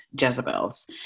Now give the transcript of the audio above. Jezebel's